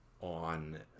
on